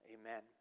Amen